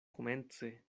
komence